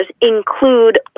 include